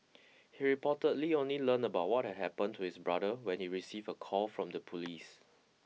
he reportedly only learned about what had happened to his brother when he received a call from the police